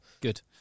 Good